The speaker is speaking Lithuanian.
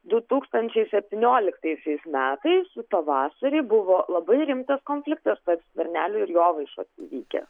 du tūkstančiai septynioliktaisiais metais pavasarį buvo labai rimtas konfliktas tarp skvernelio ir jovaišos įvykęs